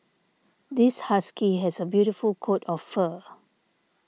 this husky has a beautiful coat of fur